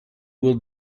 will